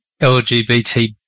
LGBT